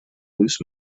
loose